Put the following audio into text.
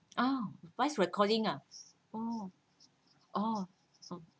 uh voice recording ah oh oh